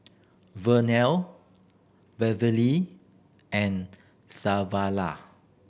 Vernell Beverlee and